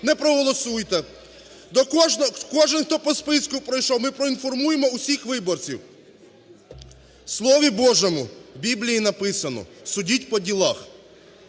не проголосуєте. Кожен, хто по списку пройшов, ми проінформуємо усіх виборців. В слові Божому у Біблії написано "судіть по ділах".